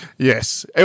Yes